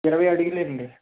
ఇరవై అడుగులండి